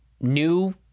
New